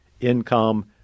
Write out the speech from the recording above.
income